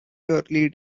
early